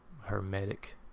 Hermetic